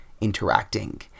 interacting